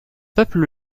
peuples